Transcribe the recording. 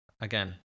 again